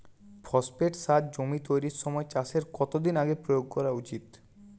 Phosphate সার জমি তৈরির সময় চাষের কত দিন আগে প্রয়োগ করা উচিৎ?